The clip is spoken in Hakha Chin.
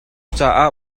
caah